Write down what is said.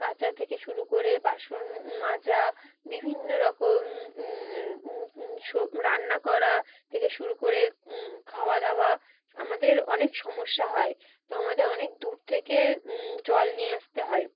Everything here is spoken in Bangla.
কাচা থেকে শুরু করে বাসন মাজা বিভিন্ন রকম স রান্না করা থেকে শুরু করে খাওয়া দাওয়া আমাদের অনেক সমস্যা হয় তো আমাদের অনেক দূর থেকে জল নিয়ে আসতে হয়